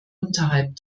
unterhalb